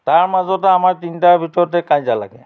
তাৰ মাজতে আমাৰ তিনিটাৰ ভিতৰতে কাইজিয়া লাগে